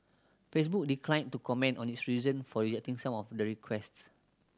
Facebook declined to comment on its reason for rejecting some of the requests